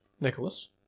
Nicholas